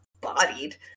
bodied